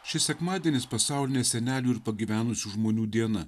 šis sekmadienis pasaulinė senelių ir pagyvenusių žmonių diena